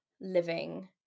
living